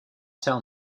tell